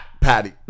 Patty